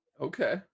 okay